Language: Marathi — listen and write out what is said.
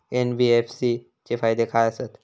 एन.बी.एफ.सी चे फायदे खाय आसत?